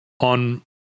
on